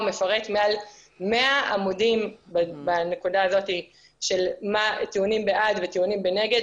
הוא מפרט מעל 100 עמודים בנקודה הזאת של טיעונים בעד וטיעונים נגד,